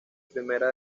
primera